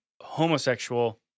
homosexual